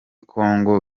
kongo